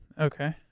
Okay